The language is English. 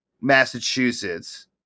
Massachusetts